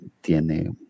tiene